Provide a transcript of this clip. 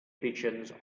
pigeons